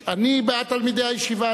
אני בעד תלמידי הישיבה,